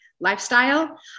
lifestyle